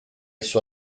suo